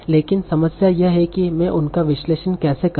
लेकिन समस्या यह है कि मैं उनका विश्लेषण कैसे करूं